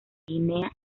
guinea